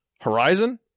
horizon